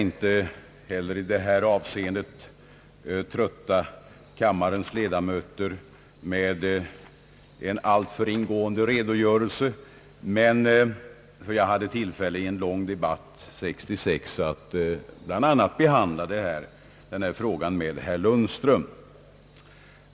Inte heller i detta avseende skall jag trötta kammarens ledamöter med en alltför ingående redogörelse. Jag hade tillfälle att i en lång debatt år 1966 bl.a. behandla den här frågan med herr Lundström.